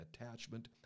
attachment